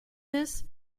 this